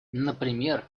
например